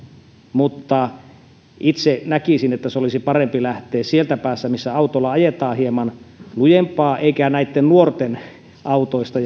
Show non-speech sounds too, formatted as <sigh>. mutta itse näkisin että olisi parempi lähteä sieltä päästä missä autolla ajetaan hieman lujempaa eikä näistä nuorten autoista <unintelligible>